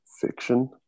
fiction